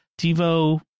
TiVo